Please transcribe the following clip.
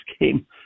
game